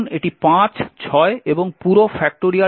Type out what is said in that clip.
এখন এটি 5 6 এবং পুরো 10